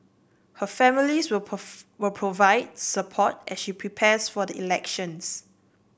her families will will provide support as she prepares for the elections